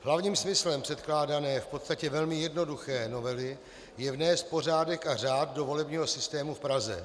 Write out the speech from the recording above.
Hlavním smyslem předkládané, v podstatě velmi jednoduché novely je vnést pořádek a řád do volebního systému v Praze.